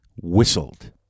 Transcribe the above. whistled